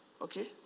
okay